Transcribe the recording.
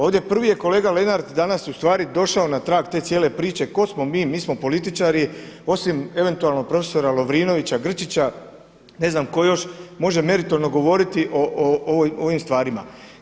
Ovdje prvi je kolega Lenart danas ustvari došao na trag te cijele priče, tko smo mi, mi smo političari osim eventualno profesora Lovrinovića, Grčića, ne znam tko još može meritorno govoriti o ovim stvarima.